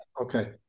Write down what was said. okay